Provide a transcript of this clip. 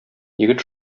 егет